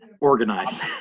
Organized